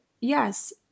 yes